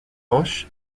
roch